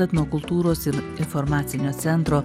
etnokultūros ir informacinio centro